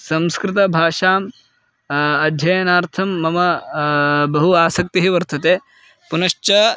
संस्कृतभाषायाः अध्ययनार्थं मम बहु आसक्तिः वर्तते पुनश्च